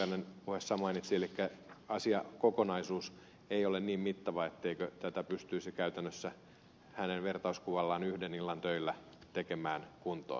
pulliainen puheessaan mainitsi elikkä asiakokonaisuus ei ole niin mittava etteikö tätä pystyisi käytännössä hänen vertauskuvallaan yhden illan töillä tekemään kuntoon